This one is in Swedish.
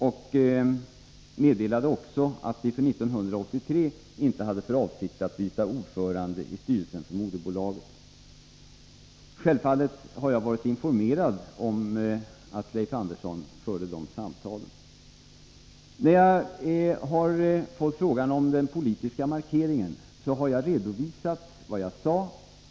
Han meddelade också att vi för 1983 inte hade för avsikt att byta ordförande i styrelsen för moderbolaget. Självfallet har jag varit informerad om att Leif Andersson förde de samtalen. När jag har fått frågan om den politiska markeringen, har jag redovisat vad jag sade.